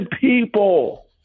people